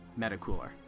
Metacooler